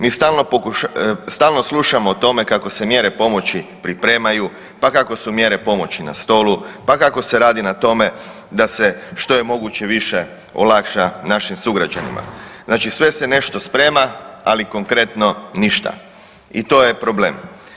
Mi stalno slušamo o tome kako se mjere pomoći pripremaju, pa kako su mjere pomoći na stolu, pa kako se radi na tome da se što je moguće više olakša našim sugrađanima, znači sve se nešto sprema, ali konkretno ništa i to je problem.